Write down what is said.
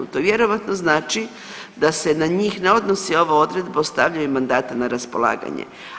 To vjerojatno znači da se na njih ne odnosi ova odredba o stavljanju mandata na raspolaganje.